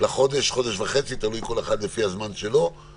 לחודש-חודש וחצי הקרובים.